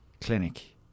clinic